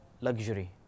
luxury